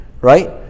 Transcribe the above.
right